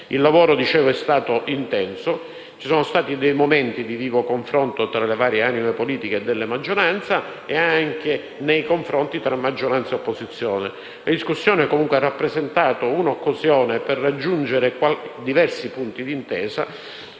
Il lavoro è stato intenso, ci sono stati dei momenti di vivo confronto tra le varie anime politiche della maggioranza e anche tra maggioranza e opposizione. La discussione ha rappresentato un' occasione per raggiungere diversi punti di intesa,